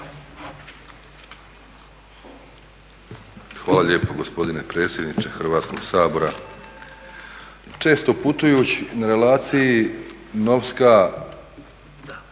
Hvala lijepo gospodine predsjedniče Hrvatskoga sabora. Često putujući na relaciji Novska,